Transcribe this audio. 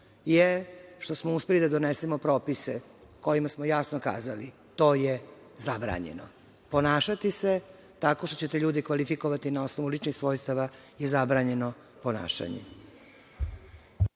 je što smo uspeli da donesemo propise kojima smo jasno kazali – to je zabranjeno. Ponašati se tako što ćete ljude kvalifikovati na osnovu ličnih svojstava je zabranjeno ponašanje.(Srđan